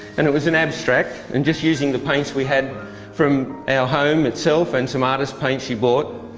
and it was an abstract and just using the paints we had from our home itself, and some artists paints she brought,